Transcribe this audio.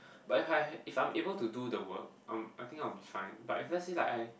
but if I have if I'm able to do the work um I think I will be fine but let's say like I